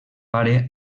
pare